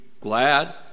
glad